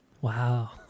wow